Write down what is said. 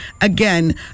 again